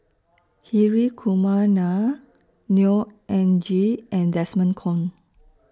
Hri Kumar Nair Neo Anngee and Desmond Kon